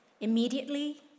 Immediately